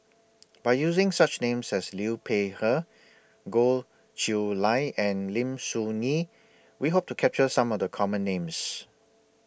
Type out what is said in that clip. By using such Names as Liu Peihe Goh Chiew Lye and Lim Soo Ngee We Hope to capture Some of The Common Names